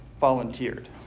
volunteered